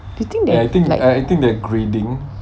you think they like